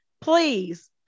please